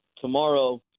tomorrow